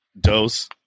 dose